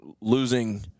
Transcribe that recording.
losing